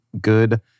good